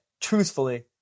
truthfully